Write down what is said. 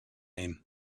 him